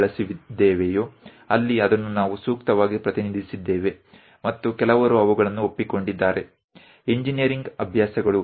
જ્યાં પણ અમે આ સંદર્ભો અને સામગ્રીનો ઉપયોગ કર્યો છે અમે યોગ્ય રીતે રજૂઆત કરી છે અને કેટલાક એ સ્વીકાર પણ કર્યો છે